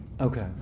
Okay